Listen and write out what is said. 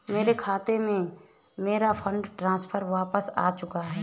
मेरे खाते में, मेरा फंड ट्रांसफर वापस आ चुका है